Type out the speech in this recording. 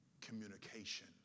Communication